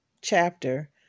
chapter